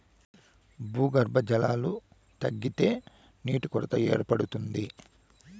భూగర్భ జలాలు తగ్గితే నీటి కొరత ఏర్పడుతుంది